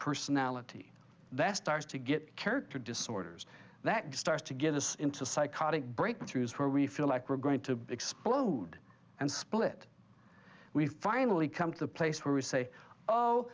personality that starts to get character disorders that starts to get us into psychotic breakthroughs where we feel like we're going to explode and split we finally come to the place where we say oh